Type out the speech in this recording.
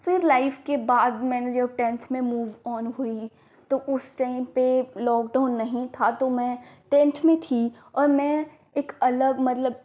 फिर नाइन्थ के बाद मैंने जब टेन्थ में मूवऑन हुई तो उस टाइम पर लॉक़डाउन नहीं था तो मैं टेन्थ में थी और मैं एक अलग मतलब